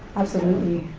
absolutely.